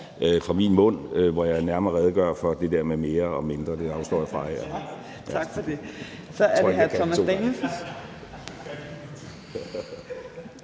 fra min mund, hvor jeg nærmere redegør for det der med mere og mindre, men det afstår jeg fra her. Det tror jeg ikke jeg kan to gange.